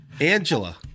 Angela